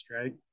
right